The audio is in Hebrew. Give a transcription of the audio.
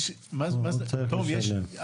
הוא צריך לשלם.